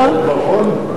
זה חוק בר-און?